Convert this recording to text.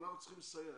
אנחנו צריכים לסייע.